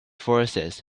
forces